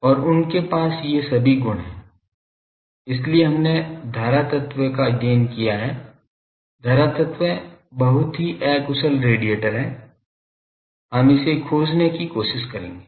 और उनके पास ये सभी गुण हैं इसलिए हमने धारा तत्व का अध्ययन किया है धारा तत्व बहुत ही अकुशल रेडिएटर है हम इसे खोजने की कोशिश करेंगे